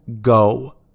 Go